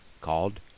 called